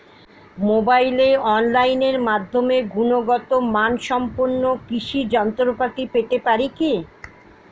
মোবাইলে অনলাইনের মাধ্যমে গুণগত মানসম্পন্ন কৃষি যন্ত্রপাতি পেতে পারি কি?